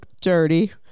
dirty